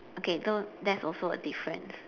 okay so that's also a difference